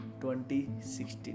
2016